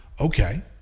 okay